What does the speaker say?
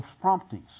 promptings